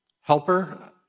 helper